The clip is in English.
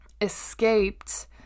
escaped